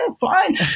fine